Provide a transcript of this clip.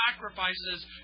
sacrifices